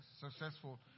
successful